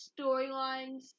storylines